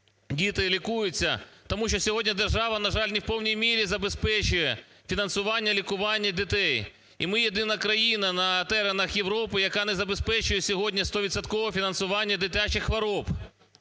діти лікуються. Тому що сьогодні держава, на жаль, не в повній мірі забезпечує фінансування й лікування дітей, і ми – єдина країна на теренах Європи, яка не забезпечує сьогодні стовідсоткове фінансування дитячих хвороб.